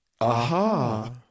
aha